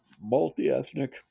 multi-ethnic